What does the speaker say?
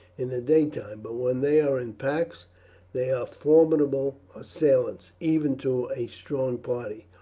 in the daytime but when they are in packs they are formidable assailants, even to a strong party.